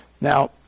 Now